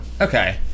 Okay